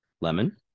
Lemon